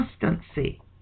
constancy